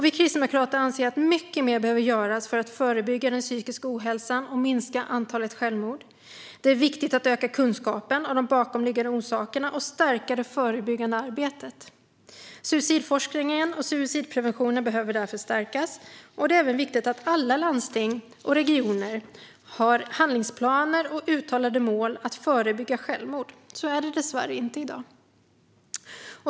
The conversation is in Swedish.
Vi kristdemokrater anser att mycket mer behöver göras för att förebygga den psykiska ohälsan och minska antalet självmord. Det är viktigt att öka kunskapen om de bakomliggande orsakerna och att stärka det förebyggande arbetet. Suicidforskningen och suicidpreventionen behöver därför stärkas. Det är även viktigt att alla landsting och regioner har handlingsplaner och uttalade mål att förebygga självmord. Så är det dessvärre inte i dag.